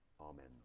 Amen